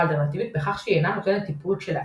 האלטרנטיבית בכך שהיא אינה נותנת טיפול כשלעצמה,